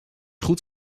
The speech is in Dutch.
goed